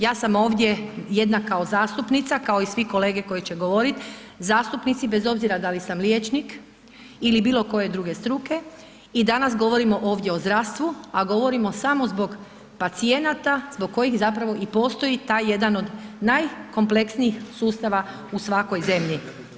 Ja sam ovdje jedna kao zastupnica kao i svi kolege koji će govoriti zastupnici, bez obzira da li sam liječnik ili bilokoje druge struke i danas govorimo ovdje o zdravstvu a govorimo samo zbog pacijenata zbog kojih zapravo i postoji taj jedan od najkompleksnijih sustava u svakoj zemlji.